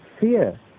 fear